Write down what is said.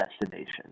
destination